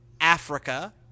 Africa